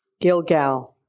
Gilgal